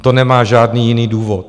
To nemá žádný jiný důvod.